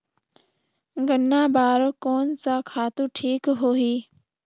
गन्ना बार कोन सा खातु ठीक होही?